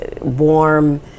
warm